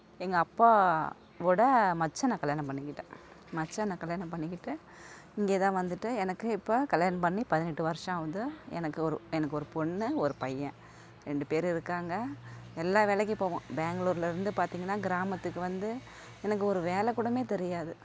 எங்கள் அப்பாவோட மச்சானை கல்யாணம் பண்ணிக்கிட்டேன் மச்சானை கல்யாணம் பண்ணிக்கிட்டு இங்கேதான் வந்துட்டு எனக்கு இப்போ கல்யாணம் பண்ணி பதினெட்டு வருஷம் ஆகுது எனக்கு ஒரு எனக்கு ஒரு பெண்ணு ஒரு பையன் ரெண்டு பேர் இருக்காங்க எல்லாம் வேலைக்கும் போவேன் பேங்களூர்லேருந்து பார்த்திங்கனா கிராமத்துக்கு வந்து எனக்கு ஒரு வேலைக்கூடமே தெரியாது